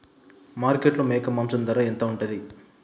మార్కెట్లో మేక మాంసం ధర ఎంత ఉంటది?